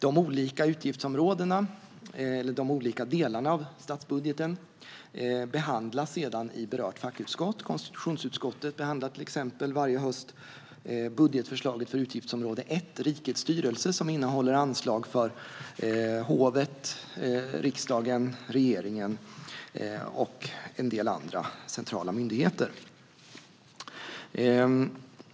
De olika utgiftsområdena, eller de olika delarna av statsbudgeten, behandlas sedan i berört fackutskott. Konstitutionsutskottet behandlar till exempel varje höst budgetförslaget för utgiftsområde 1 Rikets styrelse, som innehåller anslag för hovet, riksdagen, regeringen och en del andra centrala myndigheter.